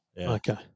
Okay